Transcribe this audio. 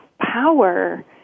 power